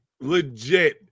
legit